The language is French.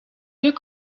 deux